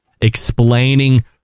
explaining